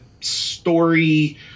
story